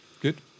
Good